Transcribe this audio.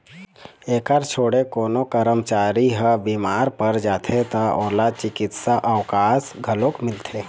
एखर छोड़े कोनो करमचारी ह बिमार पर जाथे त ओला चिकित्सा अवकास घलोक मिलथे